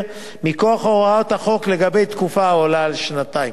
מכוח הוראות החוק לגבי תקופה העולה על שנתיים.